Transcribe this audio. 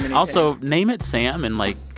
and also, name it sam and, like,